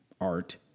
Art